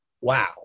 wow